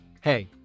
Hey